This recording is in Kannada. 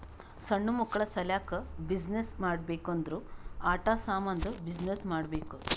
ಸಣ್ಣು ಮಕ್ಕುಳ ಸಲ್ಯಾಕ್ ಬಿಸಿನ್ನೆಸ್ ಮಾಡ್ಬೇಕ್ ಅಂದುರ್ ಆಟಾ ಸಾಮಂದ್ ಬಿಸಿನ್ನೆಸ್ ಮಾಡ್ಬೇಕ್